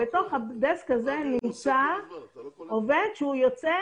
בתוך הדסק הזה נמצא עובד שהוא יוצא